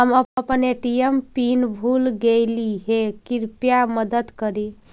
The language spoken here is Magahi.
हम अपन ए.टी.एम पीन भूल गईली हे, कृपया मदद करी